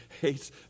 hates